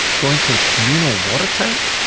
going to a communal water tank?